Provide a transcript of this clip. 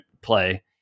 play